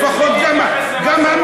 לפחות גם המשילות,